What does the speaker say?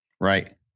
Right